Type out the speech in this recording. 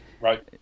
Right